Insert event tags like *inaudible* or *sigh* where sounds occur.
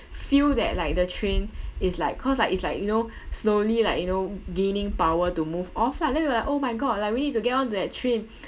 feel that like the train is like cause like it's like you know slowly like you know gaining power to move off lah then we were like oh my god like we need to get onto that train *breath*